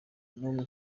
n’umwe